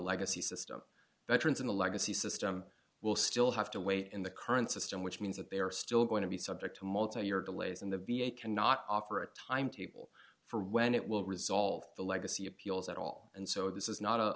legacy system veterans in the legacy system will still have to wait in the current system which means that they are still going to be subject to multi year delays and the v a cannot offer a timetable for when it will resolve the legacy appeals at all and so this is not